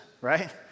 right